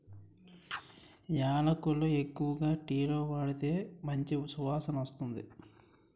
యాలకులు ఎక్కువగా టీలో వాడితే మంచి సువాసనొస్తాయి